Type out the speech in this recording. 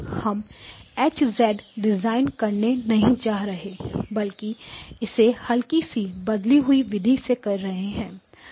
हम H design करने नहीं जा रहे बल्कि इसे हल्की सी बदली हुई विधि से कर रहे हैं